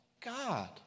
God